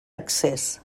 accés